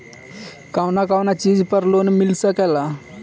के के चीज पर लोन मिल सकेला?